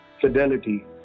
Fidelity